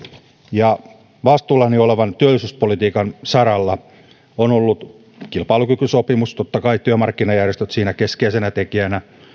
ja vastuullani olevan työllisyyspolitiikan saralla on ollut kilpailukykysopimus totta kai työmarkkinajärjestöt siinä keskeisenä tekijänä